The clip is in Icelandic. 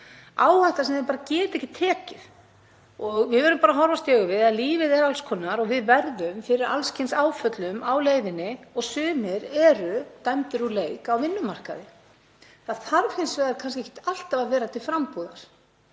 áhætta sem þeir geta ekki tekið. Við verðum að horfast í augu við að lífið er alls konar og við verðum fyrir alls kyns áföllum á leiðinni og sumir eru dæmdir úr leik á vinnumarkaði. Það þarf hins vegar kannski ekkert alltaf að vera til frambúðar